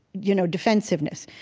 you know, defensiveness.